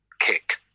kick